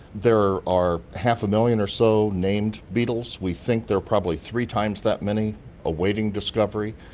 there are half a million or so named beetles. we think there are probably three times that many awaiting discovery,